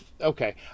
okay